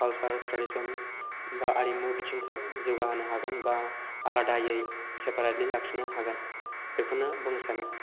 culture tradition बा आरिमु बिथिंखौ जौगाहोनो हागोन बा आलादायै सेपारेटलि लाखिनो हागोन बेखौनो बुंनो सानो